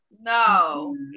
No